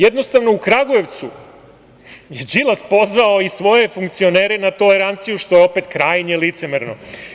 Jednostavno, u Kragujevcu je Đilas pozvao svoje funkcionere na toleranciju, što je krajnje licemerno.